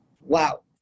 wow